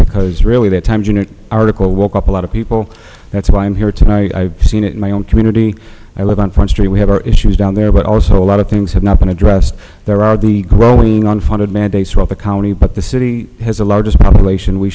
because really the times article woke up a lot of people that's why i'm here tonight i seen it in my own community i live on front street we have our issues down there but also a lot of things have not been addressed there are the growing on funded mandates throughout the county but the city has the largest population we